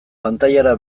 pantailara